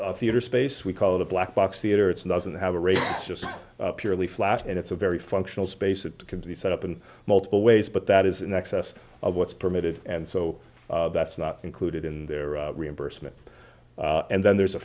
nd theater space we call the black box theater it's not going to have a race just purely flash and it's a very functional space that can be set up in multiple ways but that is in excess of what's permitted and so that's not included in there reimbursement and then there's a